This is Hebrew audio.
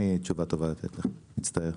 אין לי תשובה לתת לך, מצטער.